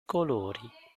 colori